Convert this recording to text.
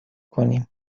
کنیم